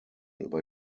über